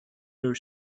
her